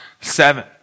seven